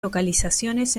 localizaciones